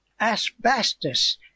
asbestos